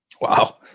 Wow